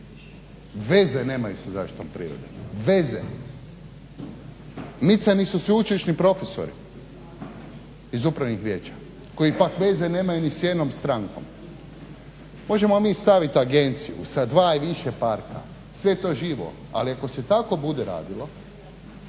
Veze nemaju sa zaštitom prirode, veze. Micani su sveučilišni profesori iz upravnih vijeća koji pak veze nemaju ni s jednom strankom. Možemo mi staviti agenciju sa dva ili više parka, sve je to živo, ali ako se tako bude radilo